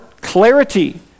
clarity